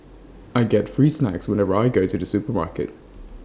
I get free snacks whenever I go to the supermarket